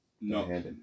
No